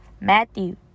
Matthew